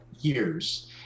years